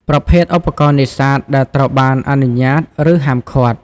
ប្រភេទឧបករណ៍នេសាទដែលត្រូវបានអនុញ្ញាត ឬហាមឃាត់។